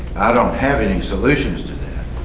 i don't have any solutions to that,